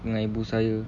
dengan ibu saya